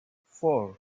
four